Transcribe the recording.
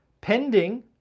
Pending